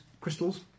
crystals